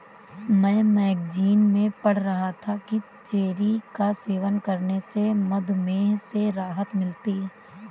मैं मैगजीन में पढ़ रहा था कि चेरी का सेवन करने से मधुमेह से राहत मिलती है